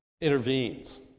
intervenes